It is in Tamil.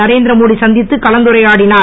நரேந்திர மோடி சந்திதித்து கலந்துரையாடினார்